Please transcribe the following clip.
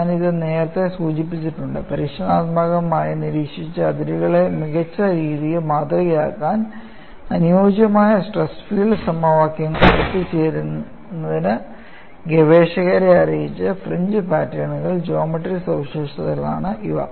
ഞാൻ ഇത് നേരത്തെ സൂചിപ്പിച്ചിട്ടുണ്ട് പരീക്ഷണാത്മകമായി നിരീക്ഷിച്ച അതിരുകളെ മികച്ച രീതിയിൽ മാതൃകയാക്കാൻ അനുയോജ്യമായ സ്ട്രെസ് ഫീൽഡ് സമവാക്യങ്ങളിൽ എത്തിച്ചേരുന്നതിന് ഗവേഷകരെ അറിയിച്ച ഫ്രിഞ്ച് പാറ്റേണുകളുടെ ജ്യോമട്രി സവിശേഷതകളാണ് ഇത്